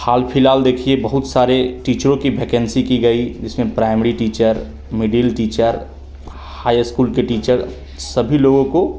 हाल फिलहाल देखिए बहुत सारे टीचरों की भैकेंसी की गई जिसमें primary teacher middle teacher high school के टीचर सभी लोगो को